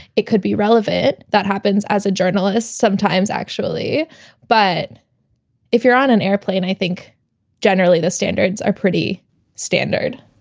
it could be relevant. that happens as a journalist sometimes, actually but if you're on an airplane, i think generally the standards are pretty standard,